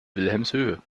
wilhelmshöhe